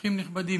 אורחים נכבדים,